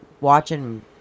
watching